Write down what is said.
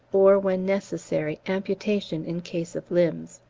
or, when necessary, amputation in case of limbs.